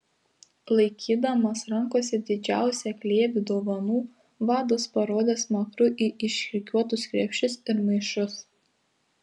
laikydamas rankose didžiausią glėbį dovanų vadas parodė smakru į išrikiuotus krepšius ir maišus